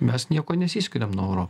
mes niekuo nesiskiriam nuo euro